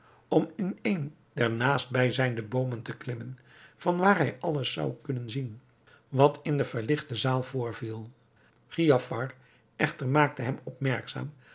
om in een der naastbij zijnde boomen te klimmen vanwaar hij alles zou kunnen zien wat in de verlichte zaal voorviel giafar echter maakte hem